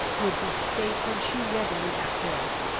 with this statement she readily acquiesced,